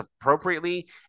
appropriately